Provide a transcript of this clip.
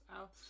out